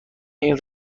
این